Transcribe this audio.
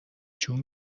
جون